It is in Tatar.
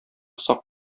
сак